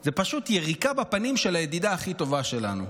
היא פשוט יריקה בפנים של הידידה הכי טובה שלנו.